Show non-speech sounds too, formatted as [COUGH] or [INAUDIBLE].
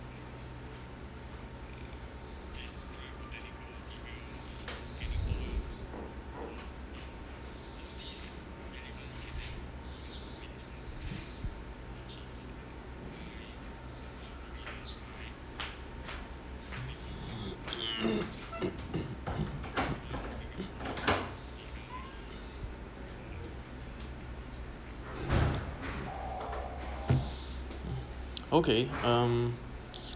[BREATH] [COUGHS] [BREATH] okay um